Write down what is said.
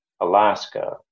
Alaska